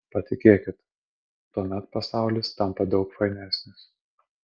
patikėkit tuomet pasaulis tampa daug fainesnis